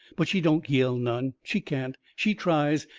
but she don't yell none. she can't. she tries,